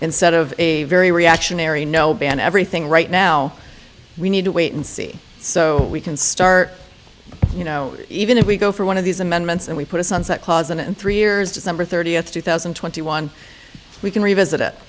instead of a very reactionary no ban everything right now we need to wait and see so we can start you know even if we go for one of these amendments and we put a sunset clause in and three years december thirtieth two thousand and twenty one we can revisit it